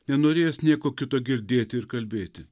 nenorėjęs nieko kito girdėti ir kalbėti